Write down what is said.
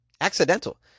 accidental